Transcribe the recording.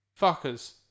fuckers